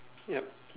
yup